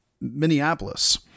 Minneapolis